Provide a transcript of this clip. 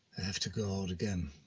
have to go out again.